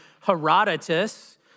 Herodotus